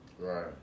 Right